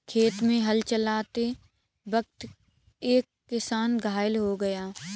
खेत में हल चलाते वक्त एक किसान घायल हो गया